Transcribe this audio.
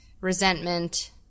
resentment